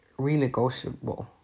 renegotiable